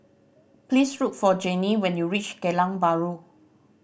please look for Janie when you reach Geylang Bahru